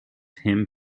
him